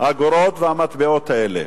האגורות ואת המטבעות האלה,